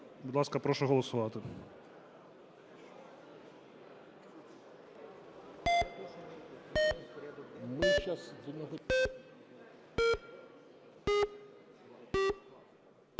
Будь ласка, прошу голосувати.